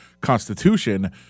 constitution